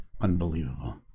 Unbelievable